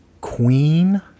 Queen